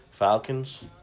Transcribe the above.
Falcons